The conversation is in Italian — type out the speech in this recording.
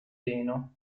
reno